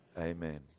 Amen